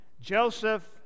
Joseph